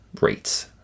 rates